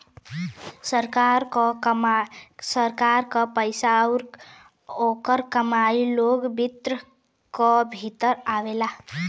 सरकार क पइसा आउर ओकर कमाई लोक वित्त क भीतर आवेला